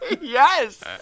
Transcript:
Yes